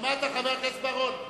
שמעת, חבר הכנסת בר-און?